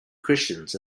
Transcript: christians